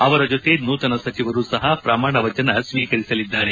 ಅವರ ಜೊತೆ ನೂತನ ಸಚಿವರು ಸಹ ಪ್ರಮಾಣ ವಚನ ಸ್ವೀಕರಿಸಲಿದ್ದಾರೆ